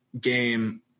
game